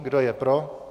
Kdo je pro?